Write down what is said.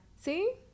see